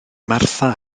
martha